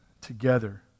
together